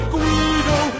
Guido